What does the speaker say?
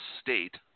State